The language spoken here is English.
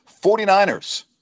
49ers